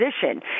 position